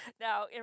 Now